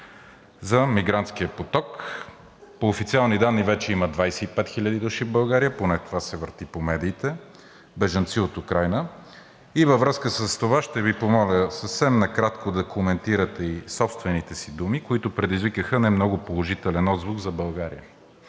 за мигрантския поток? По официални данни вече има 25 000 души в България, поне това се върти по медиите – бежанци от Украйна. И във връзка с това ще Ви помоля съвсем накратко да коментирате и собствените си думи, които предизвикаха не много положителен отзвук за България,